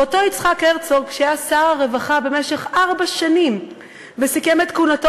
אותו יצחק הרצוג שהיה שר הרווחה במשך ארבע שנים וסיכם את כהונתו